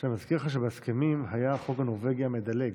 אני מזכיר לך שבהסכמים היה חוק הנורבגי המדלג,